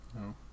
No